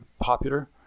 popular